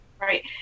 right